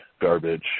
garbage